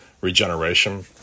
regeneration